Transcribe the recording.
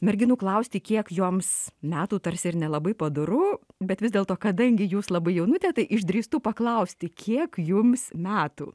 merginų klausti kiek joms metų tarsi ir nelabai padoru bet vis dėlto kadangi jūs labai jaunutė tai išdrįstų paklausti kiek jums metų